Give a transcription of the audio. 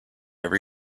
every